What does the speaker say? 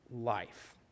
life